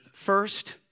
First